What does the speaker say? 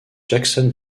jackson